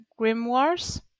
grimoires